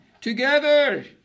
together